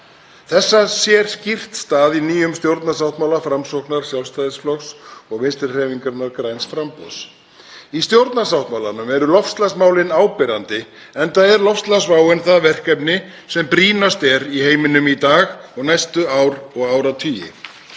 Þess sér skýrt stað í nýjum stjórnarsáttmála Framsóknar, Sjálfstæðisflokks og Vinstrihreyfingarinnar – græns framboðs. Í stjórnarsáttmálanum eru loftslagsmálin áberandi enda er loftslagsváin það verkefni sem brýnast er í heiminum í dag og næstu ár og áratugi.